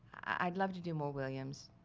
i'd love to do more williams.